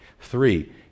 Three